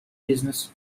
business